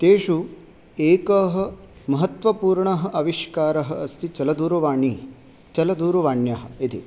तेषु एकः महत्त्वपूर्णः आविष्कारः अस्ति चलदूरवाणी चलदूरवाण्यः इति